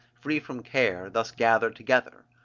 free from care, thus gathered together.